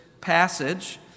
passage